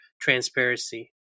transparency